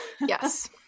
Yes